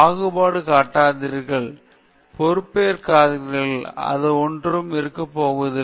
பாகுபாடு காட்டாதீர்கள் பொறுப்பேற்காதீர்கள் இது ஒன்று இருக்க வேண்டும்